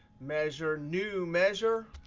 measure, new measure.